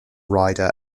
rider